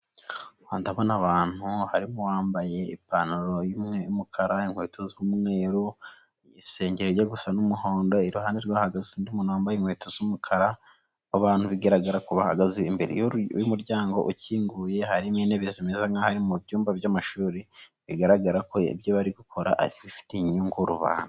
Ndabona abantu harimo uwambaye ipantaro y'umukara inkweto z'umweru, isengeri ijya gusa n'umuhondo, iruhande rwe hahagaze undi muntu wambaye inkweto z'umukara, abo abantu bigaragara ko bahagaze imbere y'umuryango ukinguye ,harimo intebe zimeze nk'aho ari mu byumba by'amashuri ,bigaragara ko ibyo bari gukora ari ibifitiye inyungu rubanda.